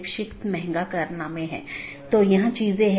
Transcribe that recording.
प्रत्येक EBGP router अलग autonomous system में हैं